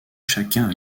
chacun